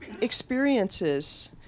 experiences